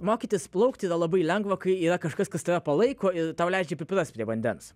mokytis plaukti yra labai lengva kai yra kažkas kas tave palaiko ir tau leidžia priprast prie vandens